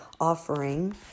offering